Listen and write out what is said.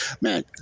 Man